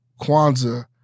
Kwanzaa